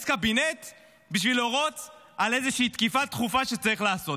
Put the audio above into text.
קבינט כדי להורות על איזושהי תקיפה דחופה שצריך לעשות?